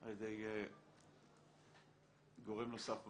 על ידי גורם נוסף במשרד.